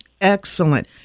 Excellent